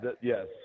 Yes